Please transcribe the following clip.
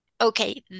okay